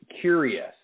curious